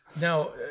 Now